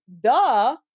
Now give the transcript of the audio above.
duh